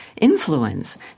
influence